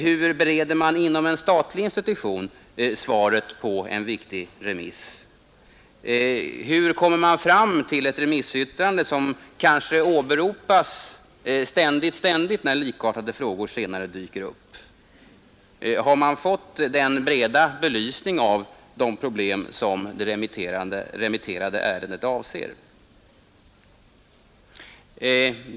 Hur bereder man inom en statlig institution svaret på en viktig remiss? Hur kommer man fram till ett remissyttrande, som kanske ständigt åberopas när likartade ärenden senare dyker upp? Har man fått en bred belysning av de problem som det remitterade ärendet avser?